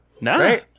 No